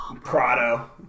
Prado